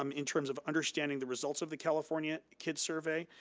um in terms of understanding the results of the california kids survey,